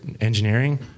engineering